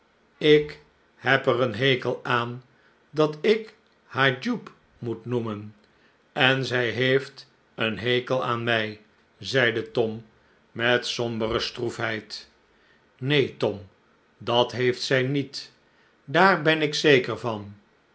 ik heb er een hekel aan dat ik haar jupe moet noemen en zij heeft een hekel aan mij zeide tom met sombere stroefheid neen tom dat heeft zij niet daar ben ik zeker van